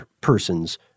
person's